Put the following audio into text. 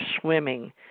swimming